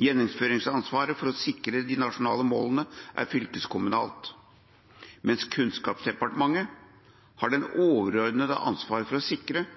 Gjennomføringsansvaret for å sikre de nasjonale målene er fylkeskommunalt, mens Kunnskapsdepartementet har det overordnede ansvaret for å sikre